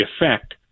effect